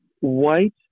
White